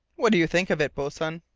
what do you think of it, boatswain?